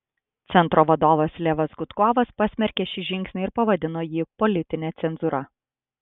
centro vadovas levas gudkovas pasmerkė šį žingsnį ir pavadino jį politine cenzūra